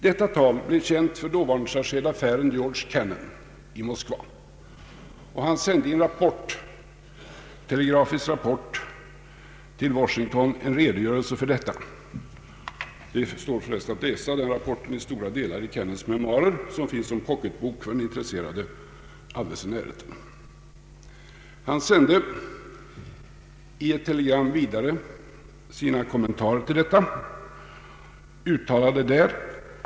Detta tal blev känt av den dåvarande chargé d'affaires Georg Kennan i Moskva, som i en telegrafisk rapport till Washington sände en redogörelse för Stalins tal. Denna rapport står förresten i stora delar att läsa i Kennans memoarer, som finns i form av en pocket book, lätt tillgänglig för dem som är intresserade. Kennan sände vidare i ett telegram till Washington sina kommentarer med anledning av Stalins tal.